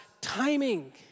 timing